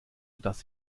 dass